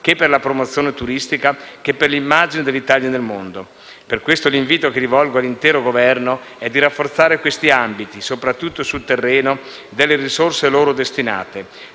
che per la promozione turistica, che per l'immagine dell'Italia nel mondo. Per questo l'invito che rivolgo all'intero Governo è di rafforzare questi ambiti, soprattutto sul terreno delle risorse loro destinate.